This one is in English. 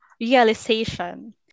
realization